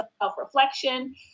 self-reflection